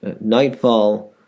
nightfall